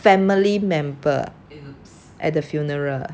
family member at the funeral